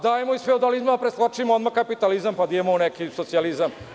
Dajmo, iz feudalizma da preskočimo odmah kapitalizam, pa da idemo u neki socijalizam.